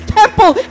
temple